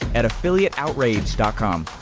at affiliateoutrage com.